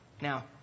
Now